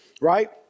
right